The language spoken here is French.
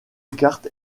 carte